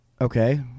okay